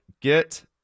get